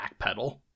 backpedal